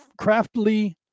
craftly